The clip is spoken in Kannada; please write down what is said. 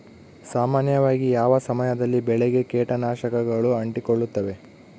ಸಾಮಾನ್ಯವಾಗಿ ಯಾವ ಸಮಯದಲ್ಲಿ ಬೆಳೆಗೆ ಕೇಟನಾಶಕಗಳು ಅಂಟಿಕೊಳ್ಳುತ್ತವೆ?